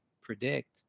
predict